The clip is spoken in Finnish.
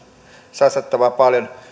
satsattava paljon